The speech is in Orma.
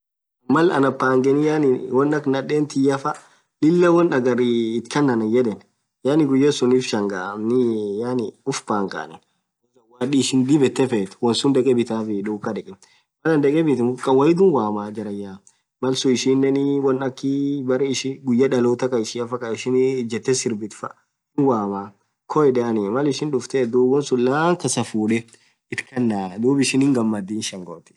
Mal anapangeni won akha nadhen tiyaa faa lilah won hagar itkhan anayed yaani guys sunn uff shangaa yaani uff pangaaa won ishin dhib yethe fedh dhekee bithaa fii duka dheke Mal anin dheke khawaidhi wamma jarayya malsun ishinen won akhii guyaa dhalotha khaishafaa khaishin ijethee sirbithu hin wamma khoo yedhani Mal ishin dhufthethu wonsun laan kasa fudhee ith Khana dhub ishin hingamdhii hin bothii